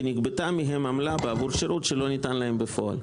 נגבתה מהם עמלה בעבור שירות שלא ניתן להם בפועל".